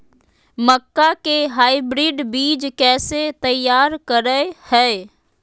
मक्का के हाइब्रिड बीज कैसे तैयार करय हैय?